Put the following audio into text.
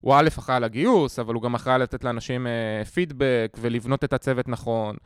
הוא א' אחראי לגיוס, אבל הוא גם אחראי לתת לאנשים פידבק ולבנות את הצוות נכון.